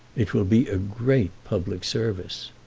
it will be a great public service.